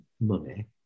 money